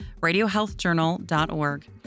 radiohealthjournal.org